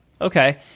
Okay